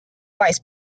vice